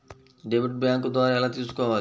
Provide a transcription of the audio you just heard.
Debit bank ద్వారా ఎలా తీసుకోవాలి?